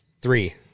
Three